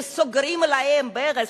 שסוגרים להם את הברז,